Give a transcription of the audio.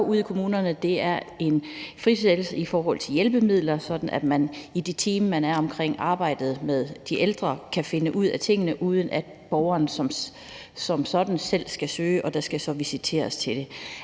det er en frisættelse i forhold til hjælpemidler, sådan at man i de teams, man er i i forbindelse med arbejdet med de ældre, kan finde ud af tingene, uden at borgeren som sådan selv skal søge, og der skal så visiteres til det.